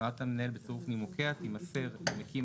הכרעת המנהל בצירוף נימוקיה תימסר למקים